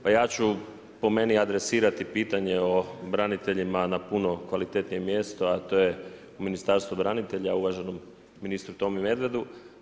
Pa ja ću po meni adresirati pitanje o braniteljima na puno kvalitetnije mjesto, a to je u Ministarstvu branitelja uvaženom ministru Tomi Medvedu.